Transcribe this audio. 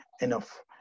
enough